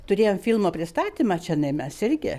turėjom filmo pristatymą čianai mes irgi